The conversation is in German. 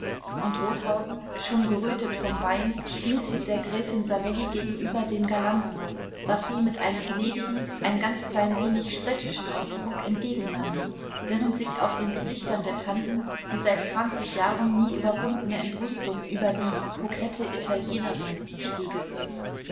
und rothausen schon gerötet vom wein spielte der gräfin savelli gegenüber den galanten was sie mit einem gnädigen ein ganz klein wenig spöttischen ausdruck entgegennahm während sich auf den gesichtern der tanten die seit zwanzig jahren nie überwundene entrüstung über die kokette italienerin spiegelte